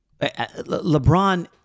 LeBron